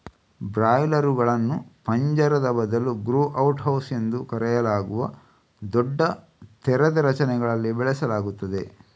ಬ್ರಾಯ್ಲರುಗಳನ್ನು ಪಂಜರದ ಬದಲು grow out house ಎಂದು ಕರೆಯಲಾಗುವ ದೊಡ್ಡ ತೆರೆದ ರಚನೆಗಳಲ್ಲಿ ಬೆಳೆಸಲಾಗುತ್ತದೆ